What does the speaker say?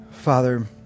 father